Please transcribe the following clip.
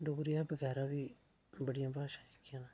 डोगरी दे बगैरा बी बड़ियां भाशां जेह्कियां